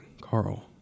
Carl